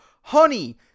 Honey